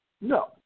No